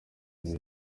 ibi